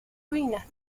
ruinas